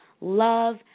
love